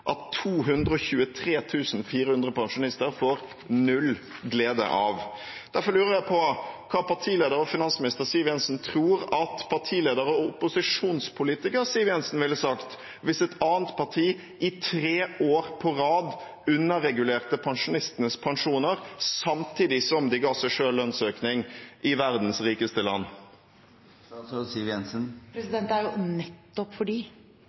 at 223 400 pensjonister får null glede av. Derfor lurer jeg på: Hva tror partileder og finansminister Siv Jensen at partileder og opposisjonspolitiker Siv Jensen ville sagt hvis et annet parti i tre år på rad underregulerte pensjonistenes pensjoner, samtidig som de ga seg selv lønnsøkning – i verdens rikeste land? Det er jo nettopp